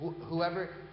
whoever